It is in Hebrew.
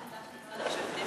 העמדה של משרד המשפטים?